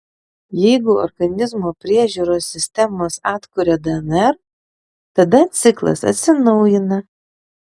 jeigu organizmo priežiūros sistemos atkuria dnr tada ciklas atsinaujina